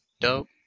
Dope